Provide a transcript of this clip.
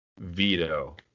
veto